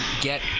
get